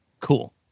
Cool